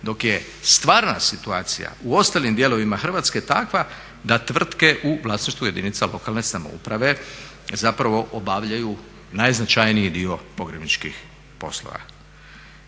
dok je stvarna situacija u ostalim dijelovima Hrvatske takva da tvrtke u vlasništvu jedinica lokalne samouprave zapravo obavljaju najznačajniji dio pogrebničkih poslova.